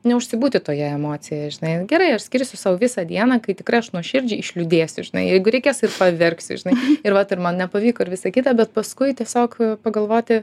neužsibūti toje emocijoje žinai gerai aš skirsiu sau visą dieną kai tikrai aš nuoširdžiai išliūdėsiu žinai jeigu reikės ir paverksiu žinai ir vat ir man nepavyko ir visa kita bet paskui tiesiog pagalvoti